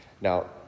Now